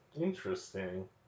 interesting